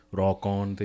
rock-on